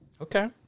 Okay